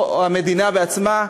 או המדינה בעצמה,